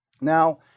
Now